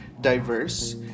diverse